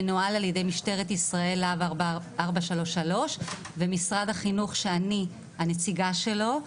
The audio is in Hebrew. מנוהל על ידי משטרת ישראל לה"ב 433 ומשרד החינוך שאני הנציגה שלו.